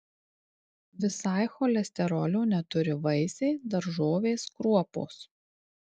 visai cholesterolio neturi vaisiai daržovės kruopos